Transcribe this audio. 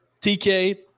TK